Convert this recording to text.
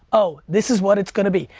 oh, this is what it's gonna be.